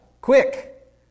quick